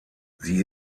sie